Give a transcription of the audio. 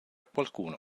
qualcuno